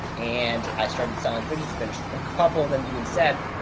and i started selling fidgets, finished. a couple of them even said,